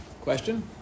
Question